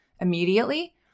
immediately